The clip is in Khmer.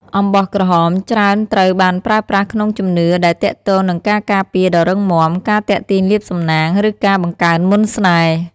អំបោះក្រហមច្រើនត្រូវបានប្រើប្រាស់ក្នុងជំនឿដែលទាក់ទងនឹងការការពារដ៏រឹងមាំ ការទាក់ទាញលាភសំណាង ឬការបង្កើនមន្តស្នេហ៍។